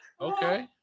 Okay